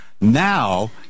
Now